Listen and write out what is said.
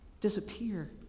disappear